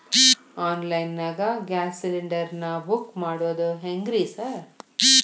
Online ನಾಗ gas cylinder ನಾ book ಮಾಡೋದ್ ಹೆಂಗ್ರಿ ಸಾರ್?